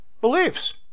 beliefs